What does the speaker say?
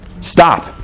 Stop